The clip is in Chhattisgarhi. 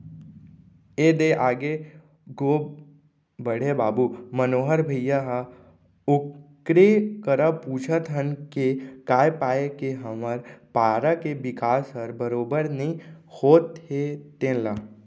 ए दे आगे गो बड़े बाबू मनोहर भइया ह ओकरे करा पूछत हन के काय पाय के हमर पारा के बिकास हर बरोबर नइ होत हे तेन ल